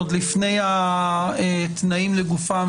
עוד לפני התנאים לגופם,